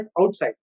outside